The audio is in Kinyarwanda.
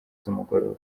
z’umugoroba